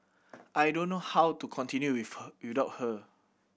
I don't know how to continue with her without her